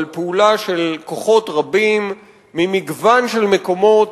אבל זו פעולה של כוחות רבים ממגוון של מקומות